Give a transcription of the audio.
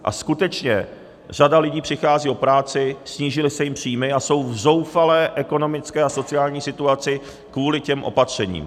A skutečně řada lidí přichází o práci, snížily se jim příjmy a jsou v zoufalé ekonomické a sociální situaci kvůli těm opatřením.